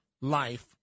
life